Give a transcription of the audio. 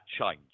change